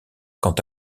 quant